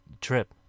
trip